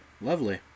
Lovely